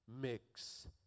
mix